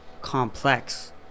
complex